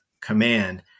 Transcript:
command